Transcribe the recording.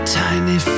tiny